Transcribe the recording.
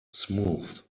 smooth